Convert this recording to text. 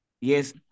Yes